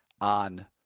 on